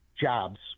jobs